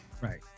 Right